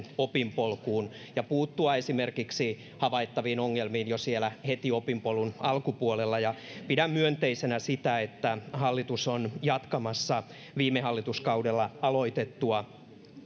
opinpolkuun ja puuttua esimerkiksi havaittaviin ongelmiin jo heti siellä opinpolun alkupuolella ja pidän myönteisenä sitä että hallitus on jatkamassa viime hallituskaudella aloitettua